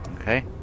Okay